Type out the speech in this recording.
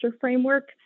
framework